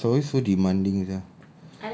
!wah! she's always so demanding sia